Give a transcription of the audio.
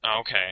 Okay